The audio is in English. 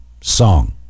Song